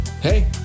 hey